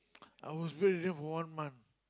I was bed ridden for one month